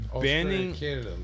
banning